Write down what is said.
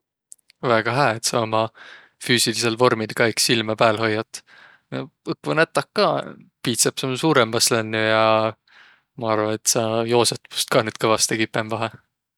Väega hää, et saq uma füüsilisel vormil ka iks silmä pääl hoiat! Õkva nätäq ka, biitseps om suurõmbas lännüq ja maq arva, et saq joosõt must ka nüüd kõvastõ kipõmbahe.